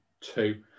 two